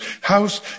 house